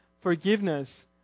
forgiveness